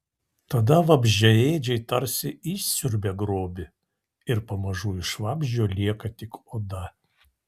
tada vabzdžiaėdžiai tarsi išsiurbia grobį ir pamažu iš vabzdžio lieka tik oda